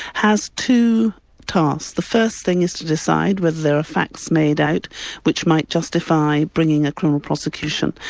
has two tasks. the first thing is to decide whether there are facts made out which might justify bringing a criminal prosecution.